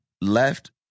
left